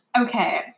Okay